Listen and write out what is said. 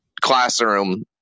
classroom